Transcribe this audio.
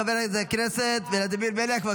חבר הכנסת ולדימיר בליאק.